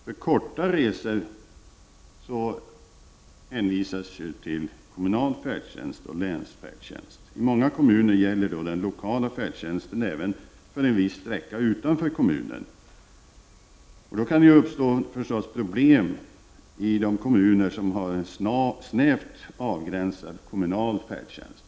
För korta resor hänvisas till kommunal färdtjänst och länsfärdtjänst. I många kommuner gäller då den lokala färdtjänsten även för en viss sträcka utanför kommunen. Då kan det förstås uppstå problem i de kommuner som har en snävt avgränsad kommunal färdtjänst.